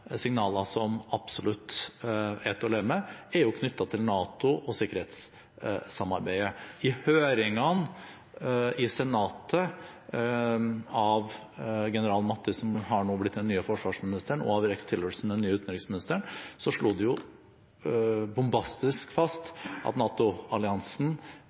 signaler som absolutt er til å leve med, er knyttet til NATO og sikkerhetssamarbeidet. I høringene i Senatet av general Mattis, som nå har blitt den nye forsvarsministeren, og av Rex Tillerson, den nye utenriksministeren, slo de bombastisk fast at NATO-alliansen, artikkel 5, er ankerfestet. Det